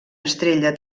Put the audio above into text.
estrella